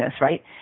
right